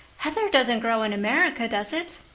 heather doesn't grow in america, does it?